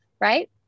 right